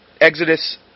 Exodus